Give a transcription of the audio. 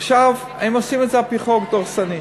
עכשיו, הם עושים את זה על-פי חוק דורסני.